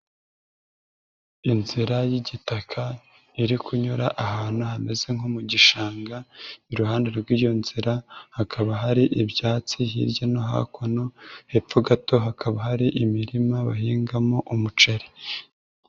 Inzira y'igitaka iri kunyura ahantu hameze nko mu gishanga, iruhande rw'iyo nzira hakaba hari ibyatsi hirya no hakuno, hepfo gato hakaba hari imirima bahingamo umuceri.